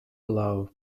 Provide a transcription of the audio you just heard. below